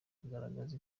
kugaragaza